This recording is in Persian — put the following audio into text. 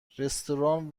رستوران